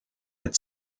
its